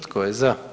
Tko je za?